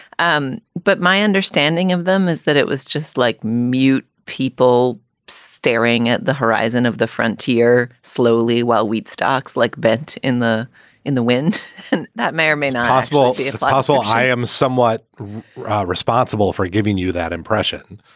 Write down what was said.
um but my understanding of them is that it was just like mute people staring at the horizon of the frontier slowly while wheat stocks like bet in the in the wind and that may or may not possible it's possible. i am somewhat responsible for giving you that impression